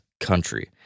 Country